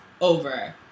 over